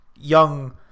young